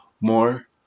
more